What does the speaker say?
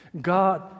God